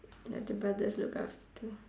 let the brothers look after